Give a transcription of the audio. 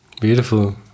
Beautiful